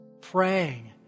praying